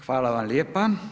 Hvala vam lijepa.